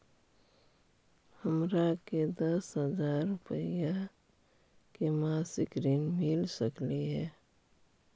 हमरा के दस हजार रुपया के मासिक ऋण मिल सकली हे?